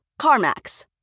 CarMax